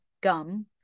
gum